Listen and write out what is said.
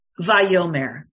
Vayomer